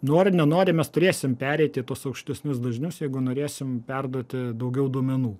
nori nenori mes turėsim pereiti į tuos aukštesnius dažnius jeigu norėsim perduoti daugiau duomenų